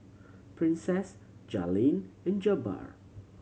Princess Jalen and Jabbar